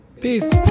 Peace